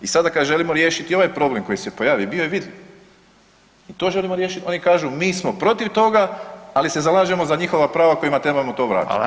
I sada kad želimo riješiti ovaj problem, koji se pojavio i bio je vidljiv i to želimo riješiti, oni kažu mi smo protiv toga, ali se zalažemo za njihova prava kojima trebamo to vratiti.